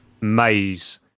maze